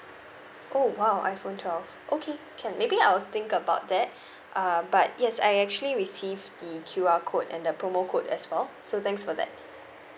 oh !wow! iphone twelve okay can maybe I'll think about that uh but yes I actually received the Q_R code and the promo code as well so thanks for that